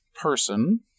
person